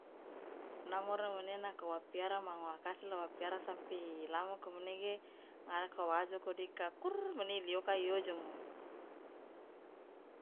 namoro mane nako wa piara mangoakasi la wa piara sampe ilamoko manege ngaro ka waajoko dika kurrr mane ilioka iojomo.